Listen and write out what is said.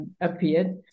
appeared